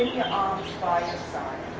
arms by your side